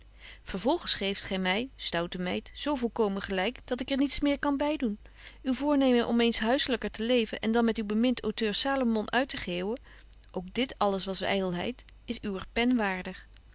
vervolgens geeft gy my stoute meid zo volkomen gelyk dat ik er niets meer kan bydoen uw voornemen om eens huisselyker te leven en dan met uw bemint auteur salomon uit te geeuwen ook dit alles was ydelheid is uwer pen waardig